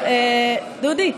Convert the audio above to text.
דודי,